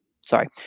sorry